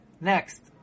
Next